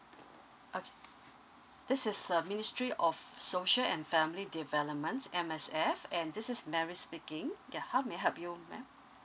okay this is uh ministry of social and family developments M_S_F and this is mary speaking ya how may I help you ma'am